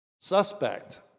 suspect